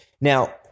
Now